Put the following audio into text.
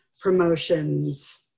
promotions